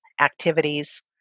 activities